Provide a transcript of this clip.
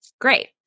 great